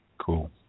Cool